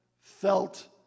felt